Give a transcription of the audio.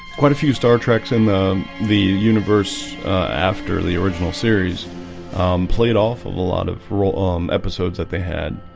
quite a few star trek's in the universe after the original series played off of a lot of um episodes that they had